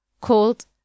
called